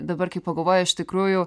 dabar kai pagalvoji iš tikrųjų